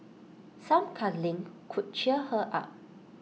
some cuddling could cheer her up